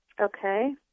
Okay